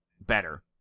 better